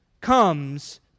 comes